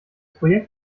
projekt